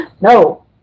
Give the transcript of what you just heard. No